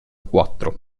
quattro